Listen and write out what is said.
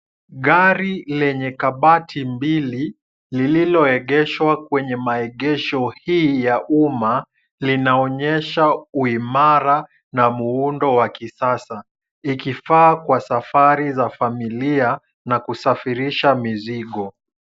Gari lenye kabati mbili lililoegeshwa kwenye maegesho hii ya umma, linaonyesha uimara na muundo wa kisasa, ikifaa kwa safari za familia na kusafirisha mizigo.